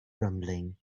rumbling